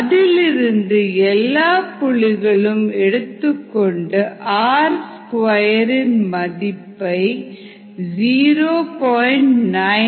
அதிலிருந்து எல்லா புள்ளிகளும் எடுத்துக்கொண்டு R2மதிப்பு 0